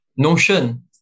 Notion